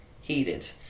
Heated